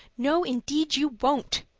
no, indeed, you won't,